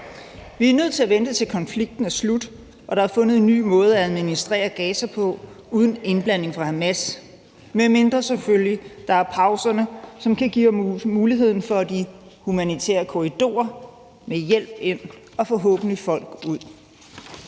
Vi er nødt til at vente, til konflikten er slut og der er fundet en ny måde at administrere Gaza på uden indblanding fra Hamas, medmindre der selvfølgelig er pauser, som kan give os muligheden for humanitære korridorer, så hjælp kan komme ind og folk